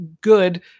good